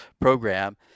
program